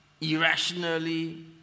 irrationally